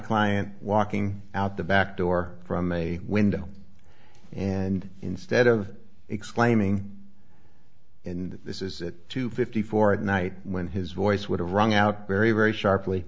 client walking out the back door from a window and instead of exclaiming in this is it two fifty four at night when his voice would have rung out very very sharply